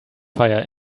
fire